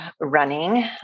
running